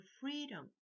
freedom